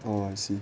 oh I see